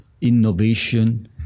innovation